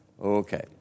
Okay